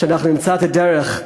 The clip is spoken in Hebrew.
שאנחנו נמצא את הדרך,